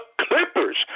Clippers